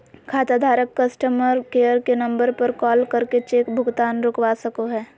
खाताधारक customer care के number पर कॉल करके चेक भुगतान रोकवा सको हय